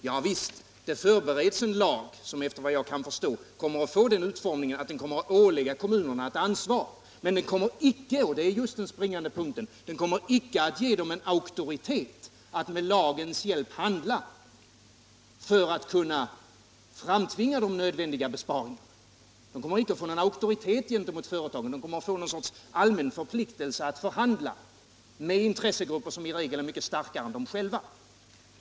Ja visst, det förbereds en lag som efter vad jag kan förstå kommer att få den utformningen att den kommer att ålägga kommunerna att ta ansvar, men den kommer icke — och det är just den springande punkten — att ge dem en auktoritet att med lagens hjälp handla för att kunna framtvinga de nödvändiga besparingarna. Den kommer inte att få någon auktoritet gentemot företagen. Den kommer att medföra något slags allmän förpliktelse att förhandla med intressegrupper som i regel är mycket starkare än de själva.